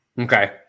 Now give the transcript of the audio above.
Okay